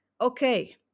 Okay